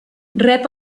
rep